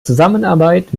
zusammenarbeit